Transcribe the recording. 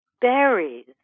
berries